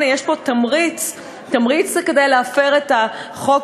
הנה, יש פה תמריץ, תמריץ להפר את החוק